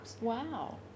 wow